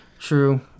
true